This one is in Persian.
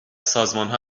سازمانها